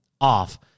off